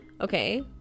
Okay